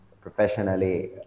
professionally